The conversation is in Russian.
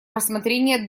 рассмотрения